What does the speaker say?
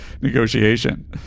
negotiation